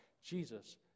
Jesus